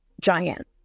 giant